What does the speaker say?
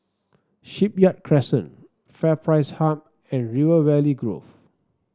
Shipyard Crescent FairPrice Hub and River Valley Grove